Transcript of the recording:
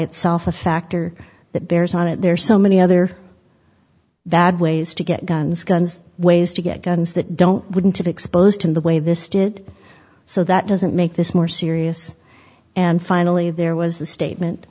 itself a factor that bears on it there are so many other that ways to get guns guns ways to get guns that don't wouldn't have exposed in the way this did so that doesn't make this more serious and finally there was the statement